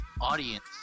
audience